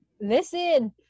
Listen